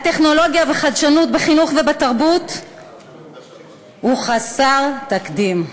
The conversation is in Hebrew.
הטכנולוגיה והחדשנות בחינוך ובתרבות הוא חסר תקדים.